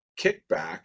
kickback